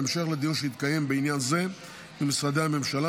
בהמשך לדיון שהתקיים בעניין זה במשרדי הממשלה,